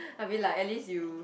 I mean like at least you